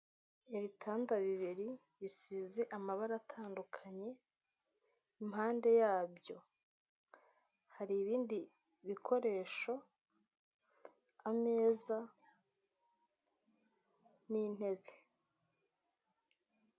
Ibitanda bibiri bisize amabara atandukanye, impande yabyo hari ibindi bikoresho, ameza, n'intebe.